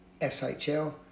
SHL